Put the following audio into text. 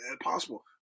possible